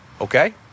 okay